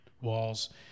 walls